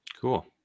Cool